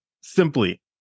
simply